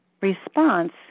Response